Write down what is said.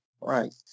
Right